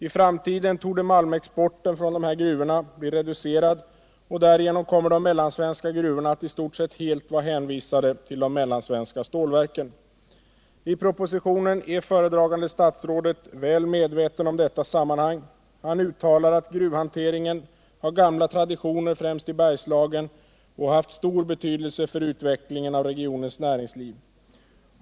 I framtiden torde malmexporten från dessa gruvor bli reducerad, och därigenom kommer de mellansvenska gruvorna att i stort sett helt vara hänvisade till de mellansvenska stålverken. I propositionen är föredragande statsrådet väl medveten om detta sammanhang. Han uttalar att gruvhanteringen har gamla traditioner främst i Bergslagen och att den har haft stor betydelse för utvecklingen av regionens näringsliv.